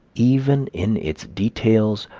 even in its details,